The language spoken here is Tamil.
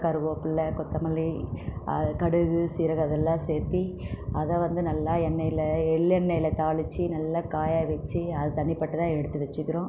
கருவேப்பிள்ளை கொத்தமல்லி கடுகு ஜீரகம் அது எல்லாம் சேர்த்தி அதை வந்து நல்லா எண்ணெயில் எள்ளெண்ணையில் தாளித்து நல்லா காயவெச்சு அதை தனிப்பட்டதாக எடுத்து வச்சுக்கிறோம்